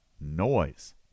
noise